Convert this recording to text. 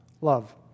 love